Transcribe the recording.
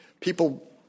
people